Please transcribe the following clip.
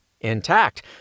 intact